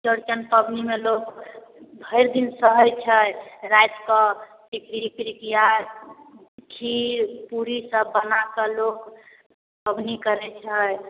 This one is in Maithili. चौरचन पाबनिमे लोक भरिदिन सहै छै रातिके टिकड़ी पिरिकिआ खीर पूड़ीसब बनाकऽ लोक पाबनि करै छै